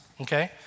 okay